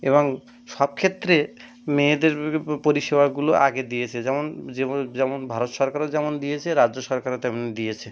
এবং সব ক্ষেত্রে মেয়েদের পরিষেবাগুলো আগে দিয়েছে যেমন যেম যেমন ভারত সরকারও যেমন দিয়েছে রাজ্য সরকারও তেমন দিয়েছে